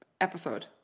episode